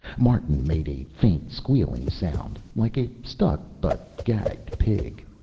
martin made a faint squealing sound, like a stuck but gagged pig.